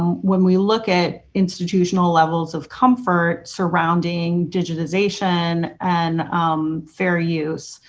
and when we look at institutional levels of comfort surrounding digitization and fair use